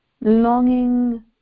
longing